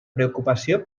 preocupació